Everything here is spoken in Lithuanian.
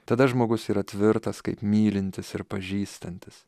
tada žmogus yra tvirtas kaip mylintis ir pažįstantis